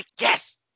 yes